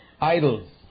idols